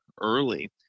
early